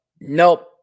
Nope